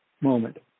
moment